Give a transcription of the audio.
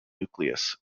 nucleus